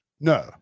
No